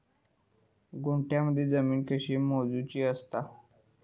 गुंठयामध्ये जमीन कशी मोजूची असता?